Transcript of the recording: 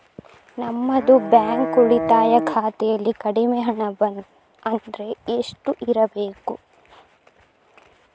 ನಮ್ಮದು ಬ್ಯಾಂಕ್ ಉಳಿತಾಯ ಖಾತೆಯಲ್ಲಿ ಕಡಿಮೆ ಹಣ ಅಂದ್ರೆ ಎಷ್ಟು ಇರಬೇಕು?